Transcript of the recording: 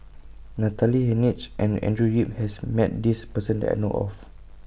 Natalie Hennedige and Andrew Yip has Met This Person that I know of